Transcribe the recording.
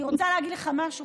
אני רוצה להגיד לך משהו,